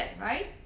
right